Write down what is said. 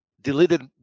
deleted